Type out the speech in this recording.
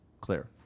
clear